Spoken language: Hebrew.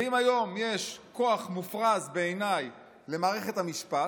ואם היום יש כוח מופרז בעיניי למערכת המשפט,